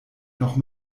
noch